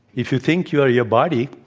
if you think you are your body,